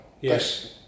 Yes